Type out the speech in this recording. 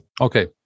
Okay